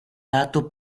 lato